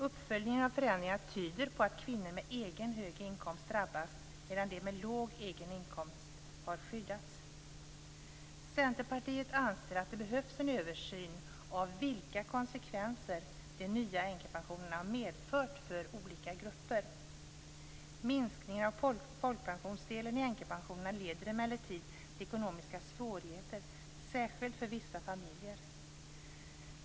Uppföljningen av förändringarna tyder på att kvinnor med egen hög inkomst drabbas, medan de med låg egen inkomst har skyddats. Centerpartiet anser att det behövs en översyn av vilka konsekvenser de nya änkepensionerna medfört för olika grupper. Minskningen av folkpensionsdelen i änkepensionerna leder emellertid till ekonomiska svårigheter, särskilt för vissa familjer.